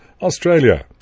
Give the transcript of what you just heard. Australia